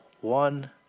one